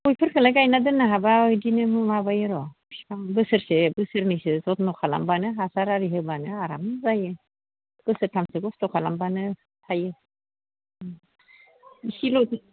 गयफोरखौलाय गायना दोननो हाबा बिदिनो माबायो र' बिफां बोसोरसे बोसोरनैसो जत्न खालामबानो हासार आरि होबानो आराम जायो बोसोरथामसो खस्थ' खालामबानो थाइयो उम एसेल'सो